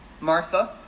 Martha